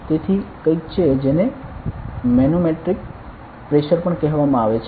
તેથી કંઈક છે જેને મેનોમેટ્રિક પ્રેશર પણ કહેવામાં આવે છે